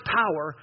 power